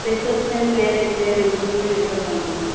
reception marriage ரெண்டுத்துக்குமே makeup பண்ணனும்